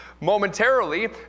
momentarily